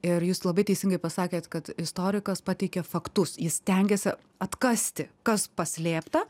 ir jūs labai teisingai pasakėt kad istorikas pateikia faktus jis stengiasi atkasti kas paslėpta